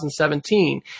2017